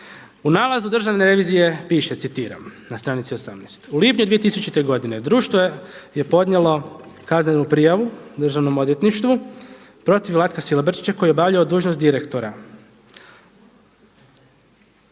U nalazu državne revizije piše, citiram, na stranici 18, u lipnju 2000. društvo je podnijelo kaznenu prijavu državnom odvjetništvu protiv Vlatka Silobrčića koji je obavljao dužnost direktora.